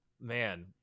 man